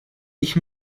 ich